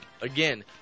Again